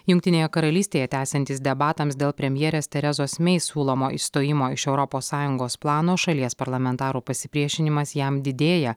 jungtinėje karalystėje tęsiantis debatams dėl premjerės teresos mey siūlomo išstojimo iš europos sąjungos plano šalies parlamentarų pasipriešinimas jam didėja